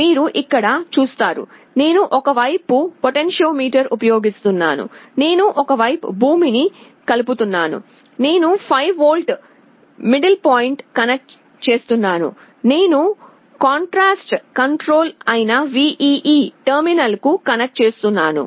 మీరు ఇక్కడ చూస్తారు నేను ఒక వైపు పోటెన్టియో మీటర్ ను ఉపయోగిస్తున్నాను నేను ఒక వైపు భూమిని కలుపుతున్నాను నేను 5 వోల్ట్ మిడిల్ పాయింట్ను కనెక్ట్ చేస్తున్నాను నేను కాంట్రాస్ట్ కంట్రోల్ అయిన VEE టెర్మినల్కు కనెక్ట్ చేస్తున్నాను